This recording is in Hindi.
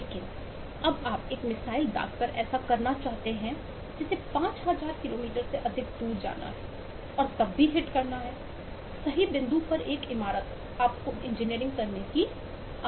लेकिन जब आप एक मिसाइल दागकर ऐसा करना चाहते हैं जिसे 5000 किलोमीटर से अधिक दूर जाना है और तब भी हिट करना है सही बिंदु पर एक इमारत आपको इंजीनियरिंग करने की आवश्यकता है